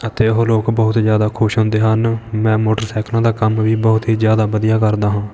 ਅਤੇ ਉਹ ਲੋਕ ਬਹੁਤ ਹੀ ਜ਼ਿਆਦਾ ਖੁਸ਼ ਹੁੰਦੇ ਹਨ ਮੈਂ ਮੋਟਰਸਾਈਕਲਾਂ ਦਾ ਕੰਮ ਵੀ ਬਹੁਤ ਹੀ ਜ਼ਿਆਦਾ ਵਧੀਆ ਕਰਦਾ ਹਾਂ